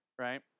right